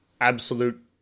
absolute